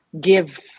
give